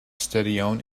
stadion